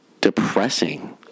depressing